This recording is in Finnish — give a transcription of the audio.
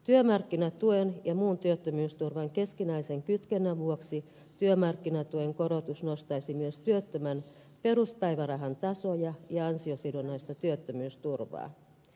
työmarkkinatuen ja muun työttömyysturvan keskinäisen kytkennän vuoksi työmarkkinatuen korotus nostaisi myös työttömän peruspäivärahan tasoa ja ansiosidonnaista työttömyysturvaa